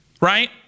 Right